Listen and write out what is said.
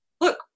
Look